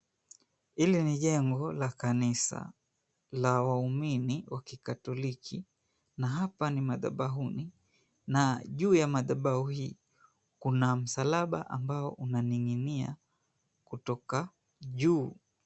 Hili ni jengo la kanisa la waumini wa Kikatholiki, na hapa ni madhabauni, na juu ya madhabahu hii kuna msalaba ambao unaning'inia kutoka juu.